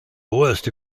worst